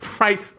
right